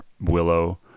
Willow